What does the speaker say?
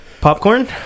Popcorn